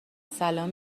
سلام